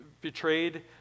betrayed